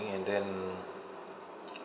and then